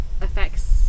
affects